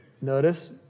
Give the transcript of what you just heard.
notice